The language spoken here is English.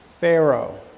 Pharaoh